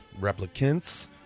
Replicants